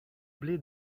blé